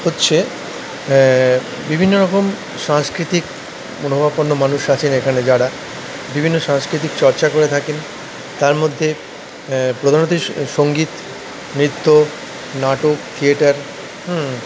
হচ্ছে বিভিন্নরকম সাংস্কৃতিক মনোভাবাপন্ন মানুষ আছেন এখানে যারা বিভিন্ন সাংস্কৃতিক চর্চা করে থাকেন তারমধ্যে প্রধানত সঙ্গীত নৃত্য নাটক থিয়েটার